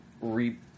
re